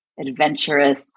adventurous